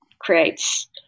creates